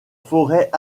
forêt